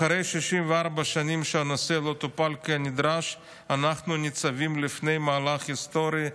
אחרי 64 שנים שהנושא לא טופל כנדרש אנחנו ניצבים לפני מהלך היסטורי,